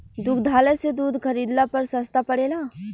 दुग्धालय से दूध खरीदला पर सस्ता पड़ेला?